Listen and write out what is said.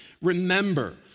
Remember